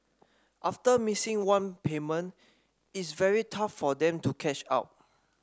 after missing one payment it's very tough for them to catch up